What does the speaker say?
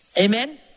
Amen